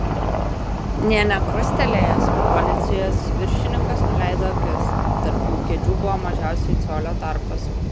nė nekrustelėjęs policijos viršininkas nuleido akis tarp jų kėdžių buvo mažiausiai colio tarpas